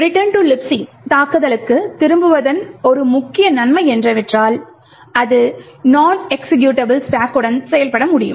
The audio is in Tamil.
Return to Libc தாக்குதலுக்குத் திரும்புவதன் ஒரு முக்கிய நன்மை என்னவென்றால் அது நொன் எக்ஸிகியூட்டபிள் ஸ்டாக்குடன் செயல்பட முடியும்